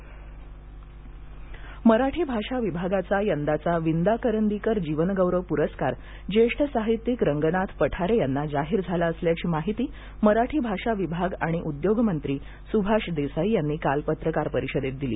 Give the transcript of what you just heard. परर्स्कार मराठी भाषा विभागाचा यंदाचा विंदा करंदीकर जीवनगौरव पुरस्कार ज्येष्ठ साहित्यिक रंगनाथ पठारे यांना जाहीर झाला असल्याची माहिती मराठी भाषा विभाग आणि उद्योगमंत्री सुभाष देसाई यांनी काल पत्रकार परिषदेत दिली